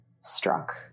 struck